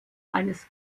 eines